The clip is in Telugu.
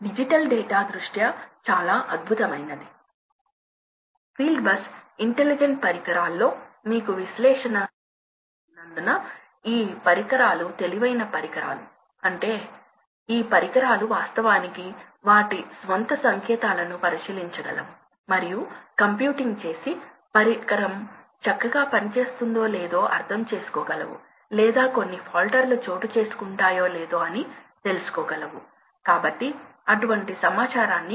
ఇప్పుడు మనం చూద్దాం నియంత్రించే వివిధ మార్గాలు ఏమిటి వాటిలో ఒకటి ఎయిర్ ప్రవాహాన్ని నియంత్రించే సులభమైన మార్గం ఏమిటంటే ఫ్యాన్ ని ఆన్ చేయడం మరియు స్విచ్ ఆఫ్ చేయడం ఇది క్రమం తప్పకుండా జరుగుతుందని మీకు తెలుసు మీరు హోమ్ ఎయిర్ కండీషనర్ చూడండి ఫ్యాన్ నా ఉద్దేశ్యం ఆ సందర్భంలో కంప్రెసర్ స్విచ్ ఆన్ మరియు ఆఫ్ అవుతుందని మీరు గమనించాలి